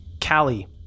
Callie